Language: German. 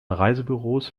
reisebüros